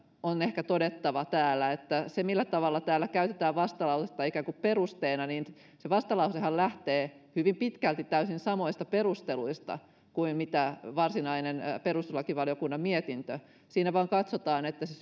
on ehkä todettava täällä siitä millä tavalla täällä käytetään vastalausetta ikään kuin perusteena että se vastalausehan lähtee hyvin pitkälti täysin samoista perusteluista kuin varsinainen perustuslakivaliokunnan mietintö siinä vain katsotaan että se